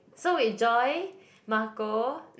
so wait Joy Marco